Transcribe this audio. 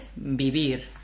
vivir